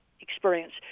experience